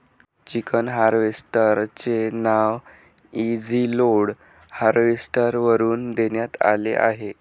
chicken harvester चे नाव easy load harvester वरून देण्यात आले आहे